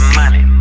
money